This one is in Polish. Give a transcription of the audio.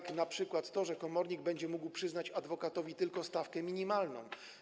Chodzi np. o to, że komornik będzie mógł przyznać adwokatowi tylko stawkę minimalną.